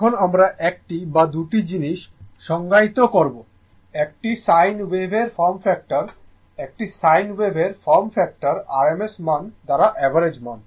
এখন আমরা 1টি বা 2টি জিনিস করব একটি সাইন ওয়েভ এর ফর্ম ফ্যাক্টর একটি সাইন ওয়েভ এর ফর্ম ফ্যাক্টর rms মান দ্বারা অ্যাভারেজ মান